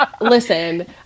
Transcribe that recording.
Listen